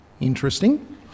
interesting